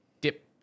dip